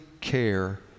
care